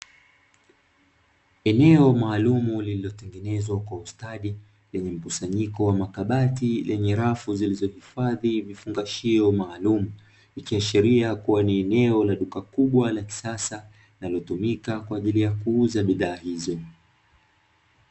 Eneo maalumu lililotengenezwa kwa ustadi lenye mkusanyiko wa makabati yenye rafu zilizohifadhi vifungashio maalumu, vikiashiria kuwa ni eneo la duka kubwa la kisasa linalotumika kwaajili ya kuuza bidhaa hizo.